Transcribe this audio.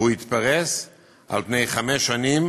והוא יתפרס על-פני חמש שנים,